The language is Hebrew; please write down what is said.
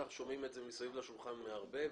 שאנחנו שומעים את זה מסביב לשולחן מהרבה,